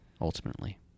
ultimately